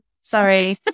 Sorry